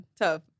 tough